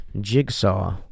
Jigsaw